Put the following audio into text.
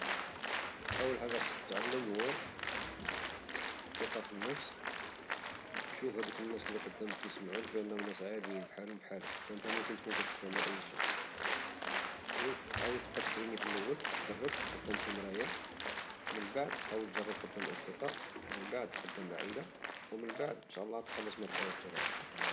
أول حاجة خصك تعلمها هي التقة في النفس وتشوف هادوك الناس لي قدامك لي كيسمعولك بأنهم عاديين بحالهم بحالك، وحتى انت ممكن تكون كتستمع لأي شخص، وحاول تبقا تريني في االأول تدرب قدام شي مراية ومن بعد تحاول تبقا تجرب قدام الأصدقاء ومن بعد قدام العائلة ومن بعد عتقدر تخرج من هد التوتر هذا.